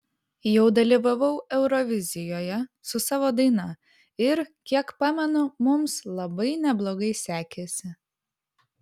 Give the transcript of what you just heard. jau dalyvavau eurovizijoje su savo daina ir kiek pamenu mums labai neblogai sekėsi